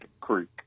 Creek